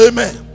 Amen